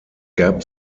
gab